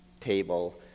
table